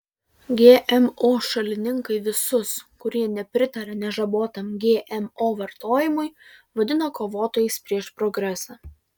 gmo šalininkai visus kurie nepritaria nežabotam gmo vartojimui vadina kovotojais prieš progresą